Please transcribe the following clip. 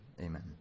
Amen